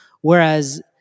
Whereas